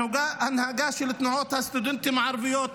ההנהגה של תנועות הסטודנטים הערביות,